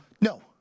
No